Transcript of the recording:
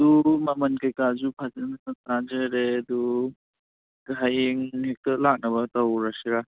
ꯑꯗꯨ ꯃꯃꯟ ꯀꯔꯤ ꯀꯔꯥꯁꯨ ꯐꯖꯅ ꯇꯥꯖꯔꯦ ꯑꯗꯨ ꯍꯌꯦꯡ ꯅꯨꯃꯤꯠꯇ ꯂꯥꯛꯅꯕ ꯇꯧꯔꯁꯤꯔꯥ